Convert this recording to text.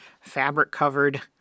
fabric-covered